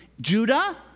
Judah